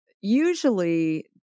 usually